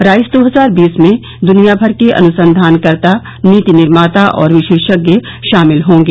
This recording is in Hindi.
राइस दो हजार बीस में दुनियाभर के अनुसंधानकर्ता नीति निर्माता और विशेषज्ञ शामिल होंगे